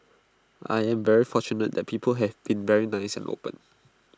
I am very fortunate that people have been very nice and open